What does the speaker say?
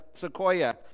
sequoia